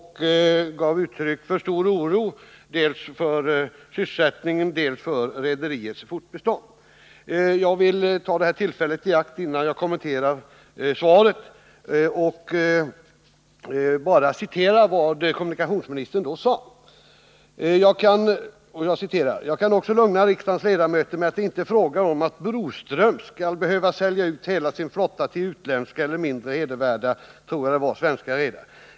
Jag gav också uttryck för stor oro dels för sysselsättningen, dels för rederiets fortbestånd. Jag vill, innan jag kommenterar dagens svar, ta detta tillfälle i akt att citera vad kommunikationsministern då sade. ”Jag kan också lugna riksdagens ledamöter med att det inte är fråga om att Broströms skall behöva sälja ut hela sin flotta till utländska eller mindre hedervärda, tror jag det var, svenska redare.